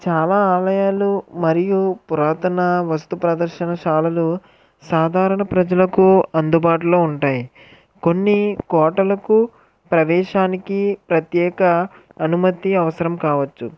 చాలా ఆలయాలు మరియు పురాతన వస్తు ప్రదర్శనశాలలు సాధారణ ప్రజలకు అందుబాటులో ఉంటాయి కొన్ని కోటలకు ప్రవేశానికి ప్రత్యేక అనుమతి అవసరం కావచ్చు